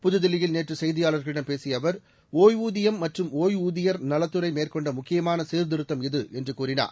புதுதில்லியில் நேற்று செய்தியாளர்களிடம் பேசிய அவர் ஓய்வூதியம் மற்றும் ஓய்வூதியர் நலத்துறை மேற்கொண்ட முக்கியமான சீர்திருத்தம் இது என்று கூறினார்